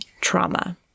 trauma